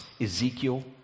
Ezekiel